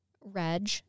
Reg